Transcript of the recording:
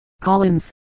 Collins